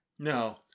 no